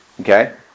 Okay